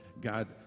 God